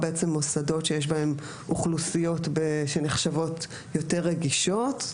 או בעצם מוסדות שיש בהן אוכלוסיות שנחשבות יותר רגישות,